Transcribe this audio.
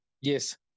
Yes